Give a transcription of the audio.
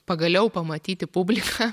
pagaliau pamatyti publiką